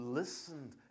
listened